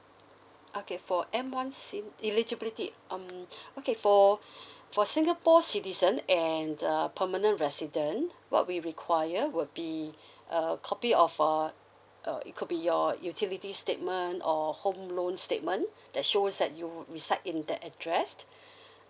okay for M one SIM eligibility um okay for for singapore citizen and uh permanent resident what we require will be a copy of a uh it could be your utility statement or home loan statement that shows that you would reside in that address